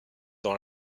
dans